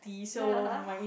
no